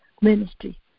ministry